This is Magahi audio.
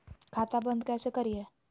खाता बंद कैसे करिए?